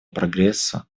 прогрессу